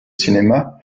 cinéma